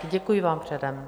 Děkuji vám předem.